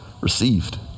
received